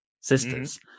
sisters